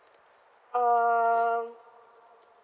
um